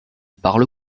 parle